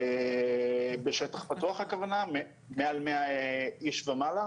בשטח פתוח הכוונה, מעל 100 איש ומעלה?